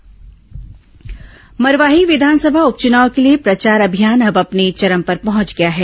मरवाही उपचुनाव प्रचार मरवाही विधानसभा उपचुनाव के लिए प्रचार अभियान अब अपने चरम पर पहुंच गया है